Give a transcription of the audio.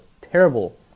terrible